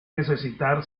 necesitar